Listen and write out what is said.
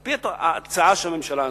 על-פי ההצעה של הממשלה הזאת,